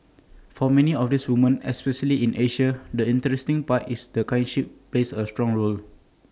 for many of these woman especially in Asia the interesting part is the kinship base A strong role